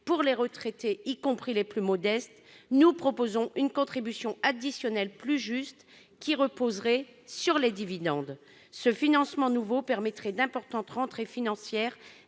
pour les retraités, y compris pour les plus modestes d'entre eux, nous proposons une contribution additionnelle plus juste, qui reposerait sur les dividendes. Ce financement nouveau, qui serait source d'importantes rentrées financières,